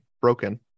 broken